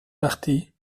parti